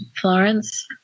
Florence